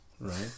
right